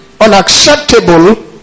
unacceptable